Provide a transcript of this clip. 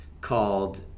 called